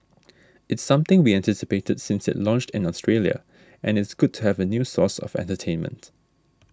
it's something we anticipated since it launched in Australia and it's good to have a new source of entertainment